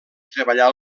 treballar